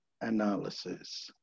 analysis